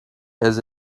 has